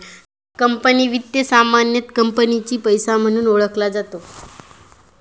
company वित्त सामान्यतः कंपनीचा पैसा म्हणून ओळखला जातो